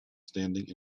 standing